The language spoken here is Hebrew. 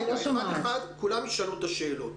כולם ישאלו את השאלות.